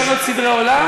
במקום לשנות סדרי עולם,